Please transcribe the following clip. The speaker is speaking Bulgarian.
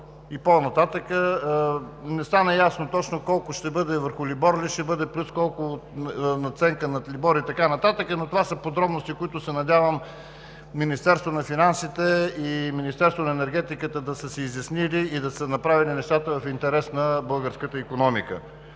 И по-нататък не стана ясно точно колко ще бъде, върху либор ли ще бъде, плюс колко надценка на трибори и така нататък, но това са подробности, които се надявам Министерството на финансите и Министерството на енергетиката да са си изяснили и да са направени нещата в интерес на българската икономика.